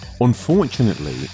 Unfortunately